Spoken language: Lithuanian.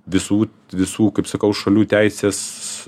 visų visų kaip sakau šalių teisės